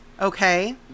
Okay